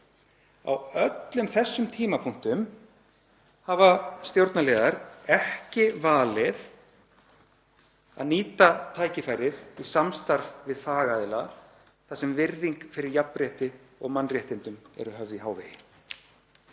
Á öllum þessum tímapunktum hafa stjórnarliðar ekki valið að nýta tækifærið í samstarf við fagaðila þar sem virðing fyrir jafnrétti og mannréttindum er höfð í